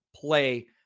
play